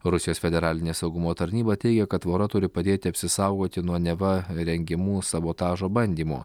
rusijos federalinė saugumo tarnyba teigia kad tvora turi padėti apsisaugoti nuo neva rengiamų sabotažo bandymų